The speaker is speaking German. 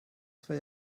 zwei